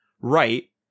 Right